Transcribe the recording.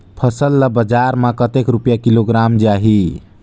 फसल ला बजार मां कतेक रुपिया किलोग्राम जाही?